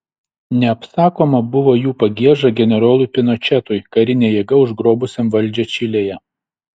neapsakoma buvo jų pagieža generolui pinočetui karine jėga užgrobusiam valdžią čilėje